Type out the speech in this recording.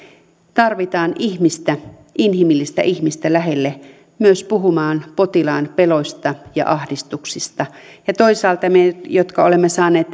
tarvitaan ihmistä inhimillistä ihmistä lähelle myös puhumaan potilaan peloista ja ahdistuksista ja toisaalta me jotka olemme saaneet